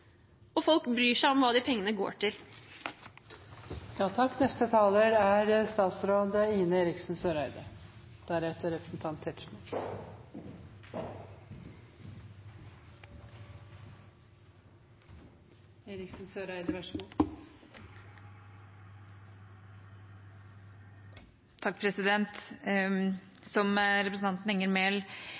Folk bryr seg om hva de pengene går til. Som representanten Emilie Enger Mehl er